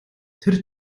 тэр